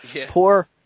Poor